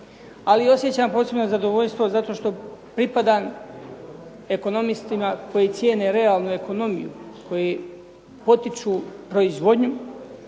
i osjećam posebno zadovoljstvo zato što pripadam ekonomistima koji cijene realnu ekonomiju. Koji potiču proizvodnju,